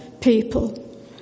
people